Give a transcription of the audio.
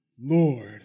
Lord